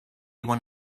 one